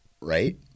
Right